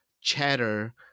chatter